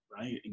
right